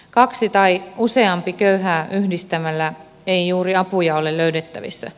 kaksi tai useampi köyhää yhdistämällä ei juuri apuja ole löydettävissä